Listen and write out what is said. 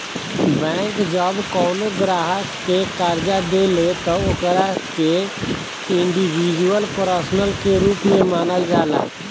bank जब कवनो ग्राहक के कर्जा देले त ओकरा के इंडिविजुअल पर्सन के रूप में मानल जाला